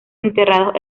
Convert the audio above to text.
enterrados